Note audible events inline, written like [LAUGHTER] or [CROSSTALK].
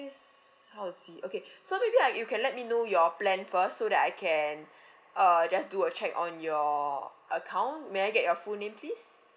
how to see okay so maybe I you can let me know your plan first so that I can [BREATH] uh just do a check on your account may I get your full name please